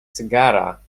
cygara